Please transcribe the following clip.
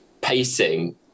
pacing